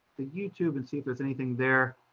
the youtube and see if there's anything there.